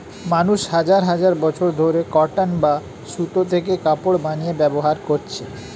মানুষ হাজার হাজার বছর ধরে কটন বা সুতো থেকে কাপড় বানিয়ে ব্যবহার করছে